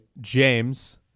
James –